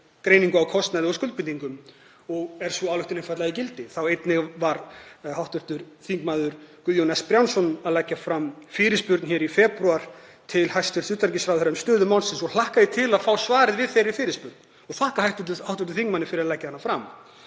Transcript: greiningu á kostnaði og skuldbindingum og er sú ályktun einfaldlega í gildi. Einnig var hv. þm. Guðjón S. Brjánsson að leggja fram fyrirspurn í febrúar til hæstv. utanríkisráðherra um stöðu málsins og hlakka ég til að fá svarið við þeirri fyrirspurn og þakka hv. þingmanni fyrir að leggja hana fram.